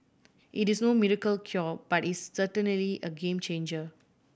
it is no miracle cure but it's certainly a game changer